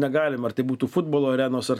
negalima ar tai būtų futbolo arenos ar